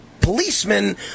policemen